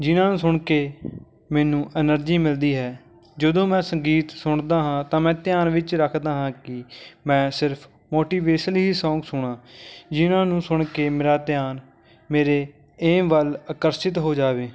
ਜਿਨ੍ਹਾਂ ਨੂੰ ਸੁਣ ਕੇ ਮੈਨੂੰ ਐਨਰਜੀ ਮਿਲਦੀ ਹੈ ਜਦੋਂ ਮੈਂ ਸੰਗੀਤ ਸੁਣਦਾ ਹਾਂ ਤਾਂ ਮੈਂ ਧਿਆਨ ਵਿੱਚ ਰੱਖਦਾ ਹਾਂ ਕਿ ਮੈਂ ਸਿਰਫ ਮੋਟੀਵੇਸ਼ਨਲੀ ਸੌਂਗ ਸੁਣਾ ਜਿਨ੍ਹਾਂ ਨੂੰ ਸੁਣ ਕੇ ਮੇਰਾ ਧਿਆਨ ਮੇਰੇ ਏਮ ਵੱਲ ਆਕਰਸ਼ਿਤ ਹੋ ਜਾਵੇ